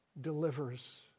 delivers